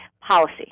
policy